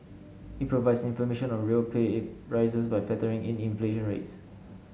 it provides information on real pay it rises by factoring in inflation rates